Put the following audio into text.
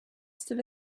still